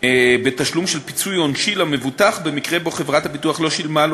בתשלום של פיצוי עונשי למבוטח במקרה שבו חברת הביטוח לא שילמה לו